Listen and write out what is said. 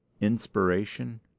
Inspiration